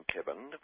Kevin